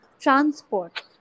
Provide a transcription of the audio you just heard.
transport